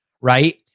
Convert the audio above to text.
right